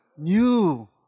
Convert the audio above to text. New